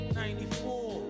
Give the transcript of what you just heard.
94